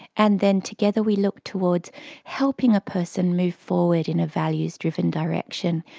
and then together we look towards helping a person move forward in a values driven direction.